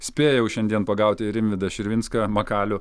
spėjau šiandien pagauti rimvydą širvinską makalių